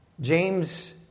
James